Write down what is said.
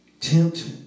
Tempt